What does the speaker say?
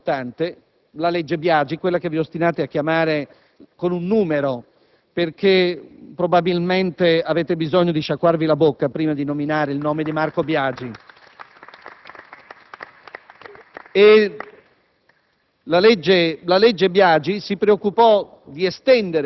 Peraltro, non ci limitammo a questo. Nella trascorsa legislatura producemmo un atto importante, la legge Biagi, quella che vi ostinate a chiamare con un numero, perché probabilmente avete bisogno di sciacquarvi la bocca prima di nominare il nome di Marco Biagi.